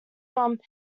from